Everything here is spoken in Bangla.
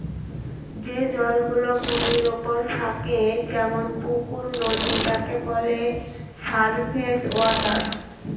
যে জল গুলো ভূমির ওপরে থাকে যেমন পুকুর, নদী তাকে বলে সারফেস ওয়াটার